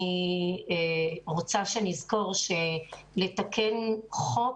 אני רוצה שנזכור שלתקן חוק